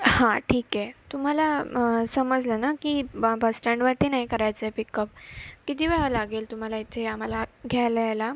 हां ठीक आहे तुम्हाला समजलं ना की ब बसस्टँडवरती नाही करायचं आहे पिकअप किती वेळ हा लागेल तुम्हाला इथे आम्हाला घ्यायला यायला